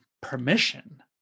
permission